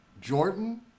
Jordan